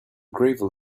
gravel